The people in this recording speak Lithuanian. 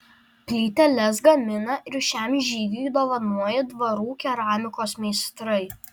plyteles gamina ir šiam žygiui dovanoja dvarų keramikos meistrai